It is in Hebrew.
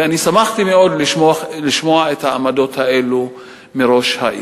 ושמחתי מאוד לשמוע את העמדות האלה מראש העיר.